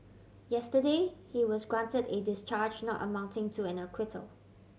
yesterday he was granted a discharge not amounting to an acquittal